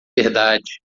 verdade